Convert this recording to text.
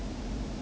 mm